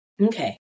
okay